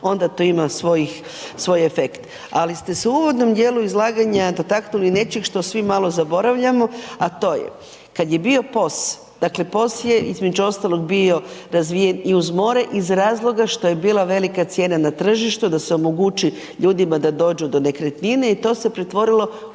onda to ima svoj efekt. Ali ste se u uvodnom dijelu izlaganja dotaknuli nečeg što svi malo zaboravljamo, a to je kad je bio POS, dakle POS je između ostalog bio razvijen i uz more iz razloga što je bila velika cijena na tržištu da se omogući ljudima da dođu do nekretnine i to se pretvorilo u